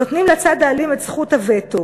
נותנים לצד האלים את זכות הווטו.